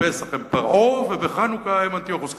בפסח הם פרעה ובחנוכה הם אנטיוכוס.